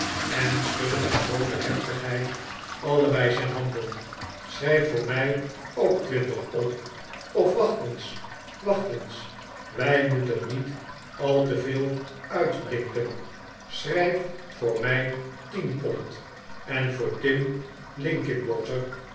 en schudde met groote heftigheid allebei zijn handen schrijf voor mij ook twintig op of wacht eens wacht eens wij moeten niet al te veel uitblinken schrijf voor mij tien pond en voor tim linkinwatef